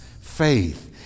faith